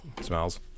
Smells